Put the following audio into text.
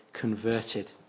converted